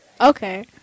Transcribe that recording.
okay